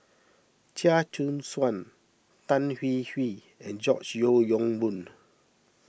Chia Choo Suan Tan Hwee Hwee and George Yeo Yong Boon